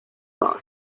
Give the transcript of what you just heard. post